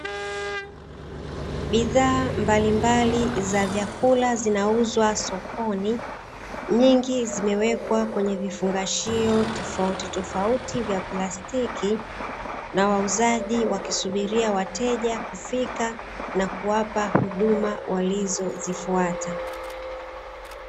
Bidhaa mbalimbali za vyakula zinauzwa sokoni, nyingi zimewekwa kwenye vifungashio tofautitofauti vya plastiki na wauzaji wakisubiria wateja kufika na kuwapa huduma walizozifuata.